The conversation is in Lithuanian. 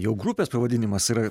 jau grupės pavadinimas yra